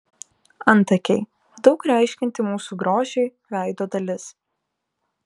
antakiai daug reiškianti mūsų grožiui veido dalis